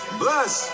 bless